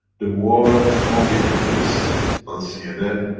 the war only exists on cnn,